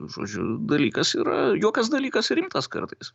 žodžiu dalykas yra juokas dalykas rimtas kartais